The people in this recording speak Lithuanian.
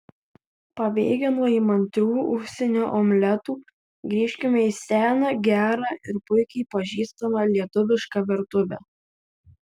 pabėgę nuo įmantrių užsienio omletų grįžkime į seną gerą ir puikiai pažįstamą lietuvišką virtuvę